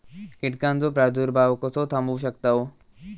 कीटकांचो प्रादुर्भाव कसो थांबवू शकतव?